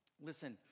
Listen